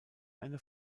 eine